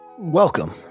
Welcome